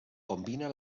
combina